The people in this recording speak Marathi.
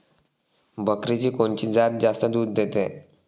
बकरीची कोनची जात जास्त दूध देते?